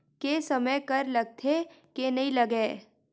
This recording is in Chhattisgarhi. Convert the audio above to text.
के समय कर लगथे के नइ लगय?